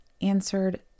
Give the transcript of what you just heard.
answered